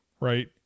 right